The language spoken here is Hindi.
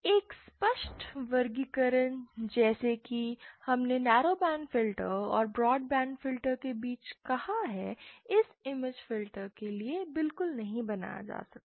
एक स्पष्ट वर्गीकरण जैसा कि हमने नेरो बैंड फिल्टर और ब्रॉड बैंड फिल्टर के बीच कहा है इस इमेज फिल्टर के लिए बिल्कुल नहीं बनाया जा सकता है